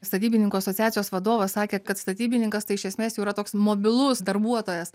statybininkų asociacijos vadovas sakė kad statybininkas tai iš esmės jau yra toks mobilus darbuotojas